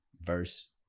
verse